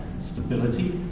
stability